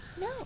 No